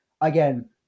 again